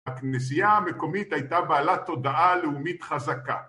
הכנסייה המקומית הייתה בעלת תודעה לאומית חזקה